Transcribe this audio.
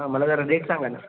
हां मला जरा रेट सांगा ना